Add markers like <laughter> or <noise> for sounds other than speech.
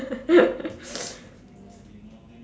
<laughs>